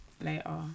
later